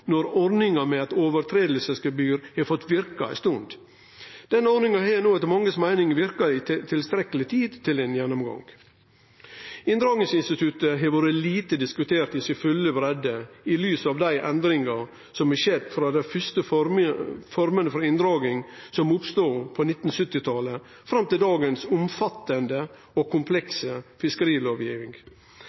når ordninga med regelbrotsgebyr har fått verke ei stund. Denne ordninga har no, etter mange si meining, verka i tilstrekkeleg tid for ein gjennomgang. Inndragingsinstituttet har vore lite diskutert i si fulle breidde i lys av dei endringane som har skjedd frå dei første formene for inndraging, som oppstod på 1970-talet, fram til den omfattande og komplekse